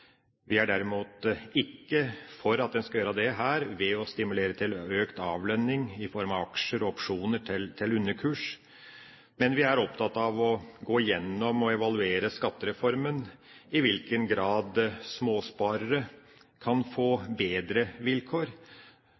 Vi er derimot ikke for at man skal gjøre det ved å stimulere til økt avlønning i form av aksjer og opsjoner til underkurs, men vi er opptatt av å gå gjennom og evaluere skattereformen – i hvilken grad småsparere kan få bedre vilkår,